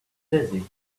dizzy